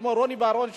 כמו רוני בר-און,